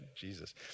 Jesus